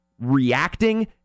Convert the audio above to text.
Reacting